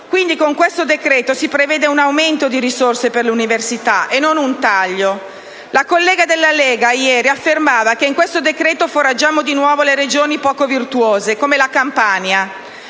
Quindi, con questo decreto si prevede un aumento di risorse per le università e non un taglio. Una collega della Lega ieri affermava che con questo decreto foraggiamo di nuovo le Regioni poco virtuose, come la Campania;